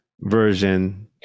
version